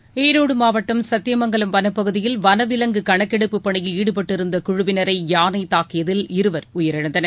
seconds Erode மாவட்டம் சத்தியமங்கலம் வனப்பகுதியில் வன விலங்கு கணக்கெடுப்பு பணியில் ஈடுபட்டிருந்த குழுவினரை யானை தாக்கியதில் இருவர் உயிரிழந்தனர்